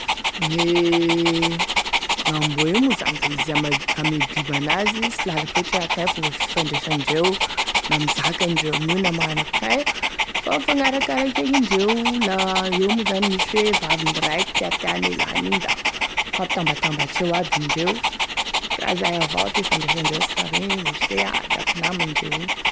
E gn'amboa io moa zany izy e ame maha biby an'azy sy lalako loatry hoe akoagnay e fomba fifandraisandreo na mizaka indreo amin'io na mganano ankognaia fa mifagnarakarak'egny indreoeo moa zany laha misy hoe vavainy raiky tiatian'e lahiny raiky igny da mifampitambatambatry eo aby indreo ka zay avao fifandraisandreo sy misy hoe raha hoe a da mpinama indreo io.